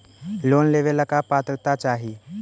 Loan लेवेला का पात्रता चाही?